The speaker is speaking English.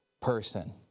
person